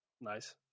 Nice